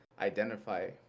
identify